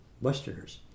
Westerners